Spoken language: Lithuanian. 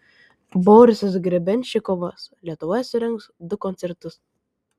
borisas grebenščikovas lietuvoje surengs du koncertus